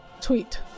Tweet